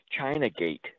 Chinagate